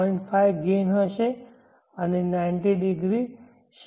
5 gain હશે અને 90 ° shift